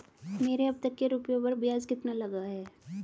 मेरे अब तक के रुपयों पर ब्याज कितना लगा है?